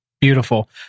beautiful